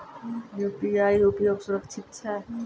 UPI उपयोग सुरक्षित छै?